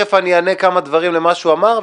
תיכף אני אענה כמה דברים למה שהוא אמר,